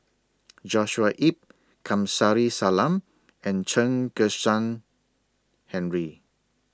Joshua Ip Kamsari Salam and Chen Kezhan Henri